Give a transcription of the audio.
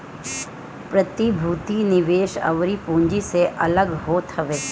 प्रतिभूति निवेश अउरी पूँजी से अलग होत हवे